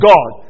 God